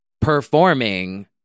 performing